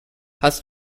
hast